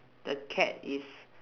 the cat is